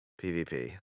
PvP